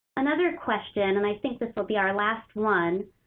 another question, and i think this will be our last one,